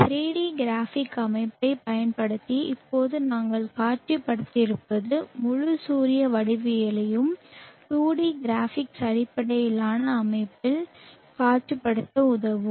3 D graphic அமைப்பைப் பயன்படுத்தி இப்போது நாங்கள் காட்சிப்படுத்தியிருப்பது முழு சூரிய வடிவவியலையும் 2 டி கிராபிக்ஸ் அடிப்படையிலான அமைப்பில் காட்சிப்படுத்த உதவும்